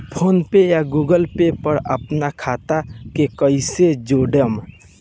PhonePe या Google Pay पर अपना खाता के कईसे जोड़म?